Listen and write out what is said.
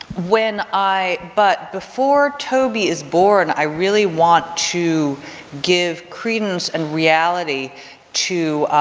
when i but before toby is born, i really want to give credence and reality to